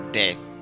death